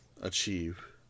achieve